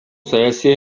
саясий